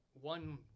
one